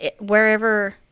wherever